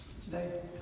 today